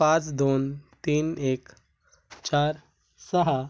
पाच दोन तीन एक चार सहा